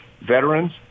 veterans